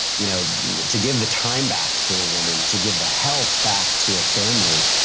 you know to give the time back to a women. to give the health back to a family,